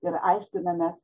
ir aiškinomės